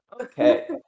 Okay